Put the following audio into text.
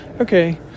okay